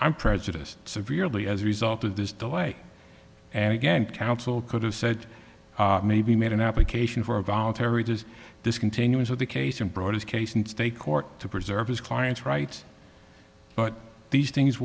i'm prejudiced severely as a result of this delay and again counsel could have said maybe made an application for a voluntary does this continuance of the case and brought his case in state court to preserve his client's rights but these things